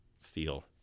feel